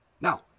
Now